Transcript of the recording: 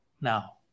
now